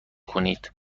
کنید